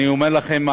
אני אומר לכם,